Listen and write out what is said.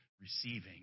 receiving